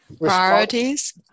priorities